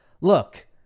look